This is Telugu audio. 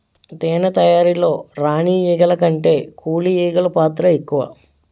తేనె తయారీలో రాణి ఈగల కంటే కూలి ఈగలు పాత్ర ఎక్కువ